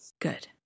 Good